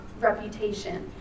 reputation